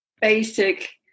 basic